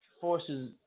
forces